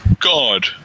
God